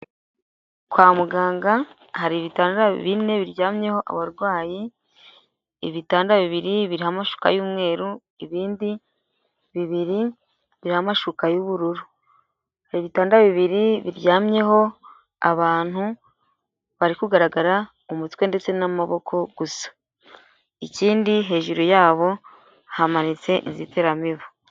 Kwa muganga hari ibitanda bine biryamyeho abarwayi, ibitanda bibiri biriho amashuka y'umweru, ibindi bibiri biriho amashuka y'ubururu, kubitanda bibiri biryamyeho abantu bari kugaragara umutwe ndetse n'amaboko gusa ikindi hejuru yabo hamanitse inzitiramibu.